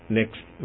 next